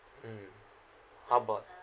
mm how about